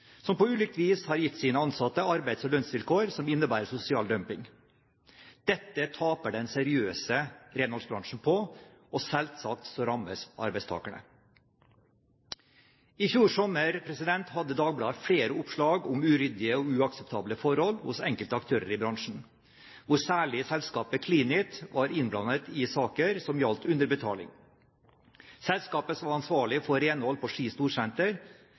som på ulikt vis har gitt sine ansatte arbeids- og lønnsvilkår som innebærer sosial dumping. Dette taper den seriøse renholdsbransjen på, og selvsagt rammes arbeidstagerne. I fjor sommer hadde Dagbladet flere oppslag om uryddige og uakseptable forhold hos enkelte aktører i bransjen, hvor særlig selskapet Cleanit var innblandet i saker som gjaldt underbetaling. Selskapet var ansvarlig for renhold på